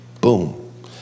Boom